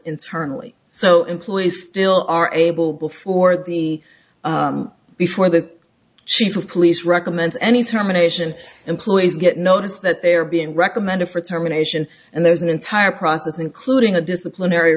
internally so employees still are able before the before the chief of police recommends any terminations employees get notice that they're being recommended for termination and there's an entire process including a disciplinary